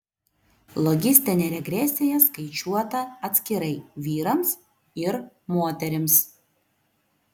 logistinė regresija skaičiuota atskirai vyrams ir moterims